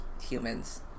humans